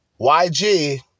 YG